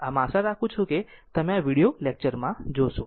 આમ આશા રાખું કે તમે આ વિડિઓ લેકચર માં જોશો